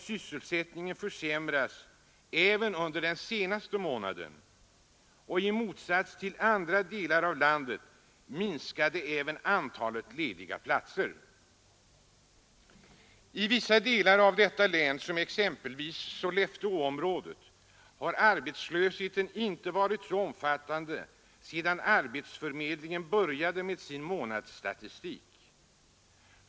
Sysselsättningen försämrades även under den senaste månaden, och i motsats till vad som skett i andra delar av landet minskade även antalet lediga platser. I vissa delar av länet, exempelvis Sollefteåområdet, har arbetslösheten inte varit så omfattande sedan arbetsförmedlingen började med sin månadsstatistik.